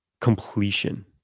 completion